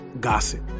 gossip